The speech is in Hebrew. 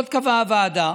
עוד קבעה הוועדה